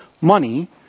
money